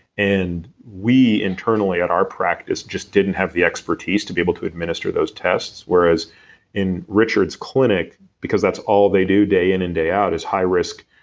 and we, internally, at our practice, just didn't have the expertise to be able to administer those tests, whereas in richard's clinic, because that's all they do day in and day out is high risk,